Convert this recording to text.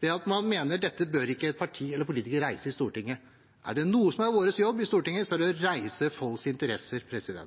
når man mener at et parti eller politikere ikke bør reise dette i Stortinget. Er det noe som er vår jobb i Stortinget, er det å reise folks interesser.